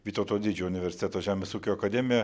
vytauto didžiojo universiteto žemės ūkio akademiją